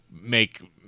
make